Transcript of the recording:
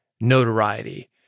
notoriety